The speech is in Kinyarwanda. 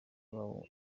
wabo